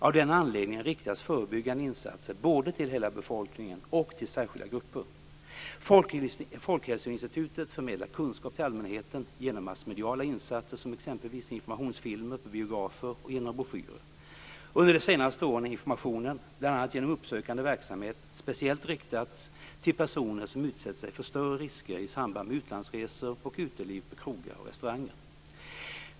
Av den anledningen riktas förebyggande insatser både till hela befolkningen och till särskilda grupper. Folkhälsoinstitutet förmedlar kunskap till allmänheten genom massmediala insatser som exempelvis informationsfilmer på biografer och genom broschyrer. Under det senaste året har informationen, bl.a. genom uppsökande verksamhet, speciellt riktats till personer som utsätter sig för större risker i samband med utlandsresor och uteliv på krogar och restauranger.